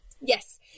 yes